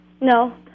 No